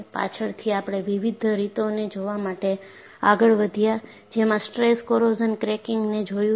પાછળથી આપણે વિવિધ રીતોને જોવા માટે આગળ વધ્યા જેમાં સ્ટ્રેસ કોરોઝન ક્રેકીંગને જોયું છે